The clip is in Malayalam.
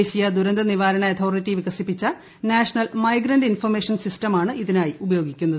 ദേശീയ ദുരന്ത നിവാരണ അതോറിറ്റി വിക്ട്സിപ്പിച്ച നാഷണൽ മൈഗ്രന്റ് ഇൻഫർമേഷൻ സിസ്റ്റമാണ് ഇതിനായി ഉപയോഗിക്കുന്നത്